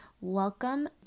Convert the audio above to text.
Welcome